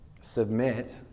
submit